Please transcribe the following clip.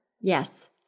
Yes